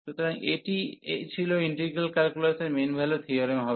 সুতরাং এটি ছিল ইন্টিগ্রাল ক্যালকুলাসের মিন ভ্যালু থিওরেম হবে